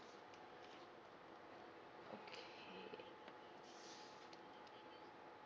okay